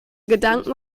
gedanken